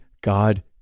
God